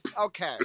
Okay